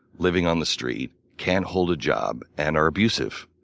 living on the street, can't hold a job, and are abusive.